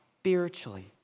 spiritually